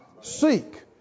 Seek